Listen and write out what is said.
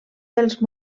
dels